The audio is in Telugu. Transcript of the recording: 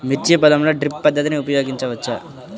మిర్చి పొలంలో డ్రిప్ పద్ధతిని ఉపయోగించవచ్చా?